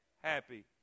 happy